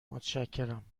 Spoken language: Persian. متشکرم